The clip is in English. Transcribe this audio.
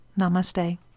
namaste